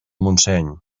montseny